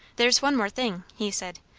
there's one more thing, he said.